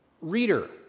Reader